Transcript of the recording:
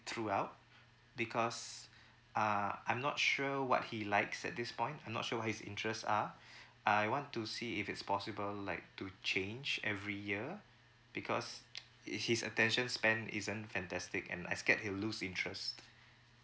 throughout because uh I'm not sure what he likes at this point I'm not sure what his interest are I want to see if it's possible like to change every year because it's his attention span isn't fantastic and I scared he will lose interest